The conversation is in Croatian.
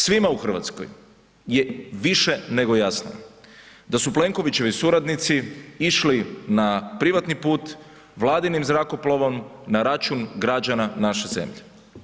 Svima u Hrvatskoj je više nego jasno da su Plenkovićevi suradnici išli na privatni put vladinim zrakoplovom na račun građana naše zemlje.